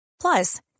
Plus